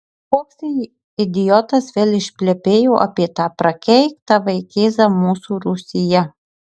koks idiotas vėl išplepėjo apie tą prakeiktą vaikėzą mūsų rūsyje